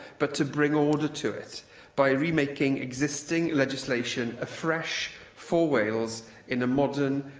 but to bring order to it by remaking existing legislation afresh for wales in a modern,